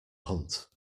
hunt